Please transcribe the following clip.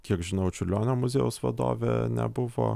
kiek žinau čiurlionio muziejaus vadovė nebuvo